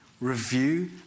review